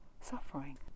suffering